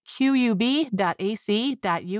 qub.ac.uk